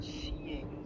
seeing